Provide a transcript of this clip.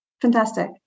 Fantastic